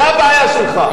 זה הבעיה שלך.